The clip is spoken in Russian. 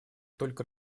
только